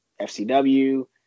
FCW